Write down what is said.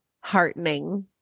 heartening